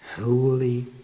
Holy